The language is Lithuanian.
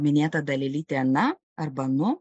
minėta dalelytė na arba nu